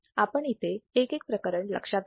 आपण येते एक एक प्रकरण लक्षात घेऊ